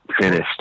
finished